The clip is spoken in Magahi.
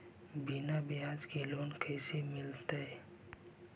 बिना ब्याज के लोन कैसे मिलतै?